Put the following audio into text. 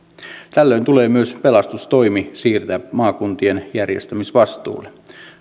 tällöin tulee myös pelastustoimi siirtää maakuntien järjestämisvastuulle